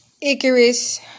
Icarus